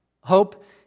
Hope